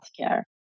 healthcare